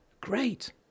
Great